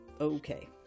Okay